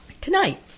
Tonight